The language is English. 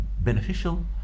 beneficial